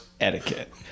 etiquette